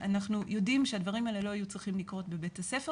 אנחנו יודעים שהדברים האלה לא היו צריכים לקרות בבית הספר